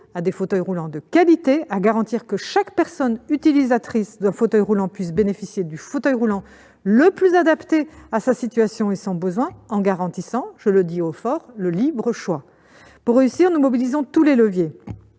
à des fauteuils roulants de qualité et à assurer que chaque personne utilisatrice d'un fauteuil roulant puisse bénéficier du fauteuil roulant le plus adapté à sa situation et à ses besoins, en garantissant- je le dis haut et fort -le libre choix. Pour réussir, nous mobilisons tous les leviers.